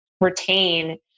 retain